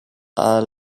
are